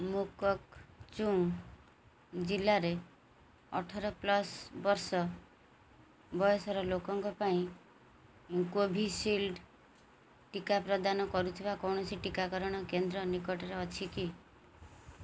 ମୋକୋକ୍ଚୁଙ୍ଗ୍ ଜିଲ୍ଲାରେ ଅଠର ପ୍ଲସ୍ ବର୍ଷ ବୟସର ଲୋକଙ୍କ ପାଇଁ କୋଭିଶିଲ୍ଡ୍ ଟିକା ପ୍ରଦାନ କରୁଥିବା କୌଣସି ଟିକାକରଣ କେନ୍ଦ୍ର ନିକଟରେ ଅଛି କି